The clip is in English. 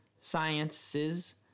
sciences